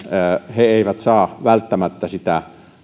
he eivät saa välttämättä